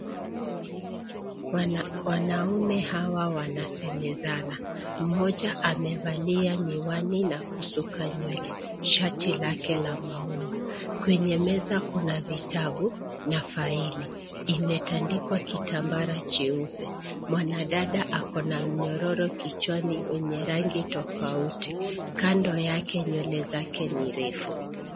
Wnaume hawa wanasmezana, mmoja amevalia miwani na kusuka nywele shati lake la maua. Kwenye meza kuna vitabu na faili imetandikwa kitambara cheupe. Mwanadada ako na mnyororo kichwani wenye rangi tofauti , kando yake nywele zake ni refu.